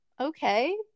okay